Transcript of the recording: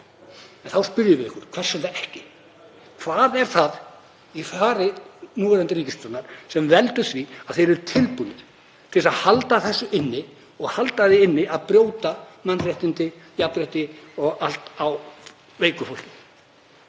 Þá spyrjum við okkur: Hvers vegna ekki? Hvað er það í fari núverandi ríkisstjórnar sem veldur því að þeir eru tilbúnir til að halda þessu inni og halda því inni að brjóta mannréttindi, jafnrétti, að brjóta á veiku fólki?